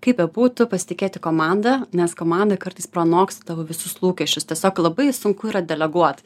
kaip bebūtų pasitikėti komanda nes komanda kartais pranoks tavo visus lūkesčius tiesiog labai sunku yra deleguot